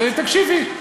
תקשיבי.